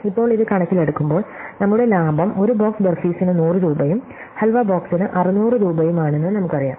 ഇപ്പോൾ ഇത് കണക്കിലെടുക്കുമ്പോൾ നമ്മുടെ ലാഭം ഒരു ബോക്സ് ബാർഫിസിന് 100 രൂപയും ഹാൽവ ബോക്സിന് 600 രൂപയുമാണെന്ന് നമുക്കറിയാം